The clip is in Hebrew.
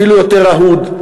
אפילו יותר אהוד.